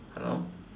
hello